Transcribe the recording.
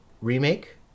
remake